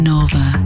Nova